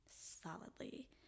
Solidly